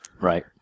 Right